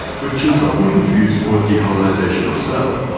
which is often confused for decolonization itself.